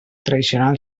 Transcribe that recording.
tradicional